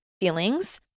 feelings